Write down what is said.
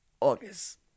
August